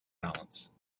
balance